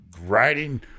writing